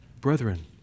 Brethren